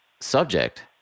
subject